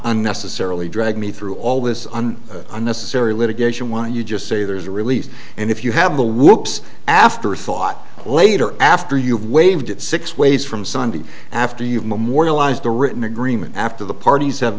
unnecessarily drag me through all this and unnecessary litigation why you just say there's a release and if you have the whoops after thought later after you've waved it six ways from sunday after you've memorialized the written agreement after the parties have